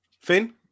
Finn